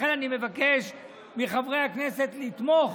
לכן אני מבקש מחברי הכנסת לתמוך